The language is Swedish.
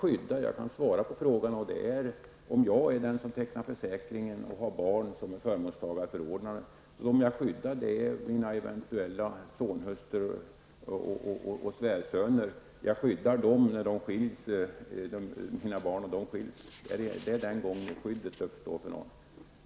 Om jag tecknar försäkring och har mina barn som förmånstagare genom förordnande, utan att det blir enskild egendom så är de enda som jag ''skyddar'' mina eventuella sonhustrur och svärsöner. Jag ''skyddar'' dem när de och mina barn skiljs. Det är då ''skyddet'' uppstår.